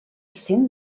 cent